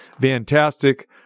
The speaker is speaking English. fantastic